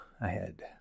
ahead